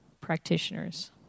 practitioners